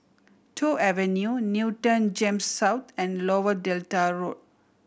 Toh Avenue Newton GEMS South and Lower Delta Road